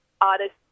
artists